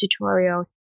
tutorials